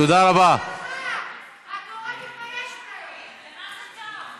התורה מתביישת בך.